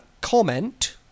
Comment